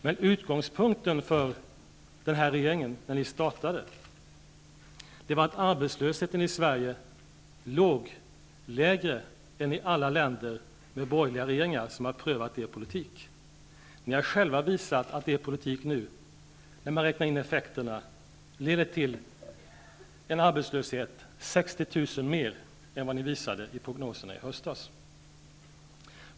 Men utgångspunkten när den här regeringen startade sitt arbete var att arbetslösheten i Sverige var lägre än i alla länder med borgerlig regering, som har prövat er politik. Ni har själva visat att er politik, nu när man räknar in effekterna, leder till en arbetslöshet som omfattar 60 000 fler människor än ni visade i prognoserna i höstas.